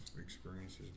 experiences